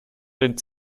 den